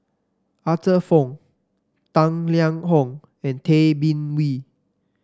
Arthur Fong Tang Liang Hong and Tay Bin Wee